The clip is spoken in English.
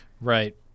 Right